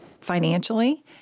financially